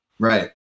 Right